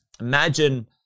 Imagine